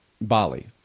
Bali